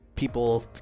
people